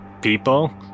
people